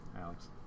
Alex